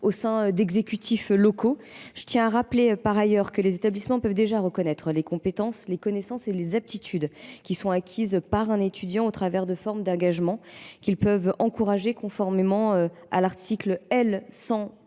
au sein d’exécutifs locaux. Je tiens par ailleurs à le rappeler, les établissements peuvent déjà reconnaître les compétences, les connaissances et les aptitudes acquises par un étudiant au travers de formes d’engagement qu’ils peuvent encourager, conformément au code de